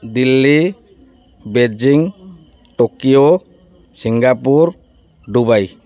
Delhi Beijing Tokyo Singapore Dubai